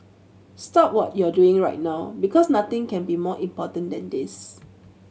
stop what you're doing right now because nothing can be more important than this